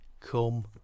come